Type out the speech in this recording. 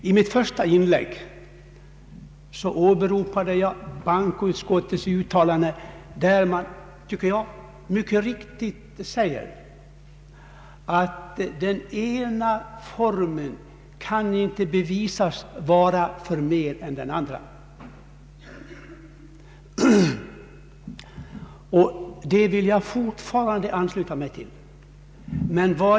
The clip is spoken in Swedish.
I mitt första inlägg åberopade jag jordbruksutskottets uttalande, att den ena formen inte kan bevisas vara förmer än den andra, och jag vill fortfarande ansluta mig till detta uttalande.